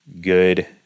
good